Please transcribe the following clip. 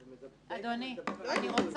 אדוני,